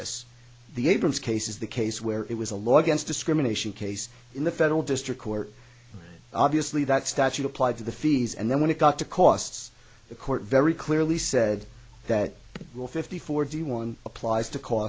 abrams case is the case where it was a law against discrimination case in the federal district court obviously that statute applied to the fees and then when it got to costs the court very clearly said that rule fifty four d one applies to